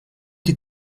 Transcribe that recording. die